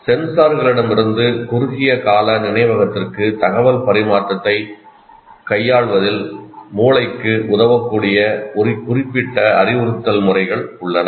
சென்சார்களிடமிருந்து குறுகிய கால நினைவகத்திற்கு தகவல் பரிமாற்றத்தை கையாள்வதில் மூளைக்கு உதவக்கூடிய குறிப்பிட்ட அறிவுறுத்தல் முறைகள் உள்ளன